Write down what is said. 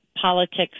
politics